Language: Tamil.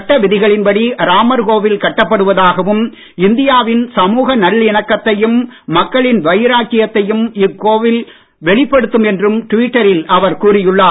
சட்ட விதிகளின்படி ராமர் கோவில் கட்டப்படுவதாகவும் இந்தியாவின் சமுக நல்லிணக்கத்தையும் மக்களின் வைராக்கியத்தையும் இக்கோவில் வெளிப்படுத்தும் என்றும் டுவிட்டரில் அவர் கூறியுள்ளார்